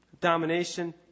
domination